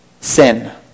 sin